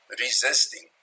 resisting